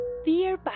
Dear